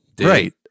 Right